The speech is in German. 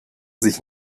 sich